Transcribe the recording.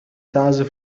تعزف